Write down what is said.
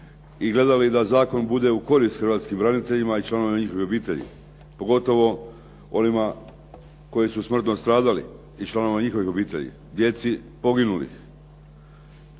i gledali da zakon bude u korist hrvatskim braniteljima i članovima njihovih obitelji pogotovo onima koji su smrtno stradali i članovima njihovih obitelji, djeci poginulih.